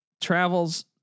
travels